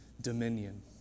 dominion